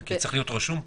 זה צריך להיות רשום פה.